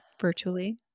virtually